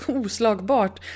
oslagbart